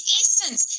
essence